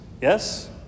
Yes